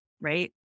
right